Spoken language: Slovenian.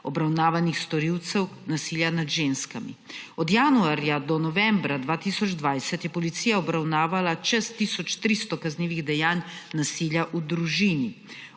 obravnavanih storilcev nasilja nad ženskami. Od januarja do novembra 2020 je policija obravnavala čez tisoč 300 kaznivih dejanj nasilja v družini.